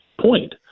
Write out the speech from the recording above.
point